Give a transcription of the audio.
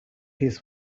his